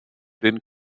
den